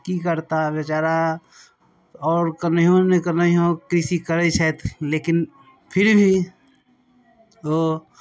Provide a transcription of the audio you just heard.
कि करताह बेचारा आओर कोनाहिओ नहि कोनाहिओ कृषि करै छथि लेकिन फिर भी ओ